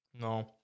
No